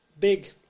big